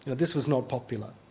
this was not popular